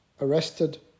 arrested